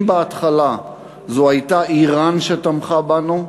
אם בהתחלה זו הייתה איראן שתמכה בנו,